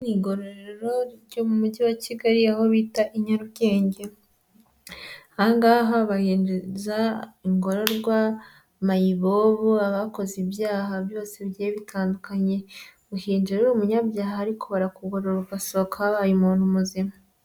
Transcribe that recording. Iri ni igororero ryo mu mujyi wa Kigali aho bita i Nyarugenge aha ngaha bahinduza ingorwa, mayibobo, abakoze ibyaha byose bigiye bitandukanye, uhinjira uri umunyabyaha ariko barakugorora ugasohoka wabaye umuntu muzima.